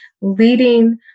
leading